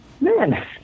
Man